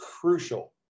crucial